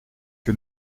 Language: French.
que